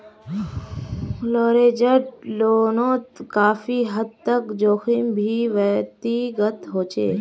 leveraged लोनोत काफी हद तक जोखिम भी व्यक्तिगत होचे